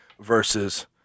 versus